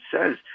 says